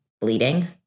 bleeding